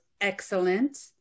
excellent